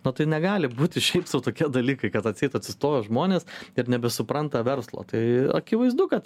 na tai negali būti šiaip sau tokie dalykai kad atseit atsistojo žmonės ir nebesupranta verslo tai akivaizdu kad